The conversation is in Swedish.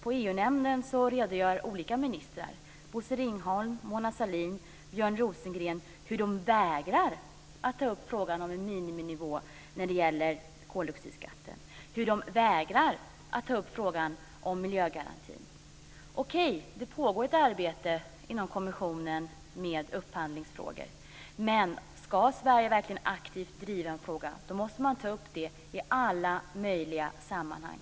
I EU-nämnden redogör olika ministrar - Bosse Ringholm, Mona Sahlin och Björn Rosengren - för hur de vägrar att ta upp frågan om en miniminivå när det gäller koldioxidskatten och hur de vägrar att ta upp frågan om miljögarantin. Okej, ett arbete pågår i kommissionen med upphandlingsfrågor. Men om Sverige verkligen aktivt ska driva en fråga måste man ta upp den i alla möjliga sammanhang.